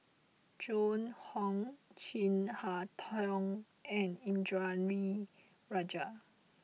Joan Hon Chin Harn Tong and Indranee Rajah